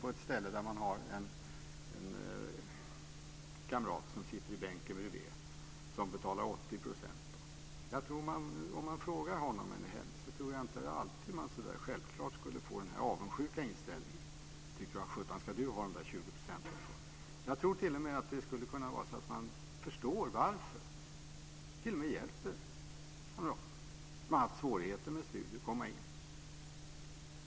Låt oss säga att en elev har en kamrat i bänken bredvid som betalar 80 %. Om man frågar honom eller henne om detta tror jag inte alltid att man självklart skulle mötas av den här avundsjuka inställningen: Vad sjutton ska du ha de där 20 procenten för? Jag tror att man förstår varför det är så och t.o.m. hjälper kamraten som haft svårigheter att komma in på studier.